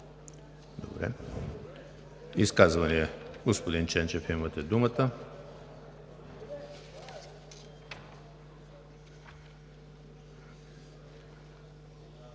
Изказвания? Господин Ченчев, имате думата.